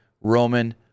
Roman